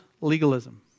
legalism